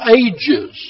ages